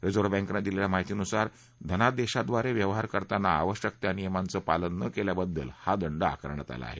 reserve बँकेनं दिलेल्या माहितीनुसार धनादेशाद्वारे व्यवहार करताना आवश्यक त्या नियमांचं पालन न केल्याबद्दल हा दंड आकारण्यात आला आहे